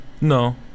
No